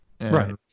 Right